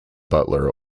butler